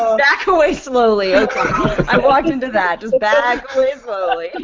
um back away slowly, okay i walked into that, just back